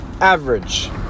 average